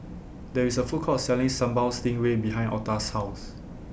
There IS A Food Court Selling Sambal Stingray behind Octa's House